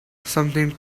something